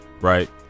right